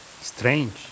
Strange